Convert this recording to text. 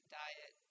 diet